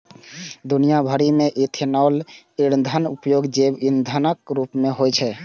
दुनिया भरि मे इथेनॉल ईंधनक उपयोग जैव ईंधनक रूप मे होइ छै